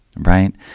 Right